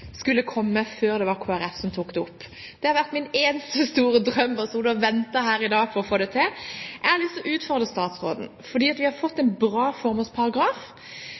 skulle komme opp i hvert fall én gang før Kristelig Folkeparti tok det opp. Det har vært min eneste store drøm i dag, og jeg har sittet og ventet på det. Vi har fått en bra formålsparagraf,